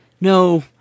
no